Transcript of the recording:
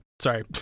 Sorry